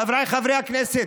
חבריי חברי הכנסת.